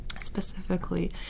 specifically